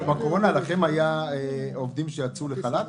בקורונה היו לכם עובדים שיצאו לחל"ת?